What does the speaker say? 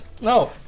no